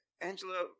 Angela